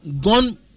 gone